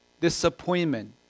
disappointment